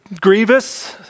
grievous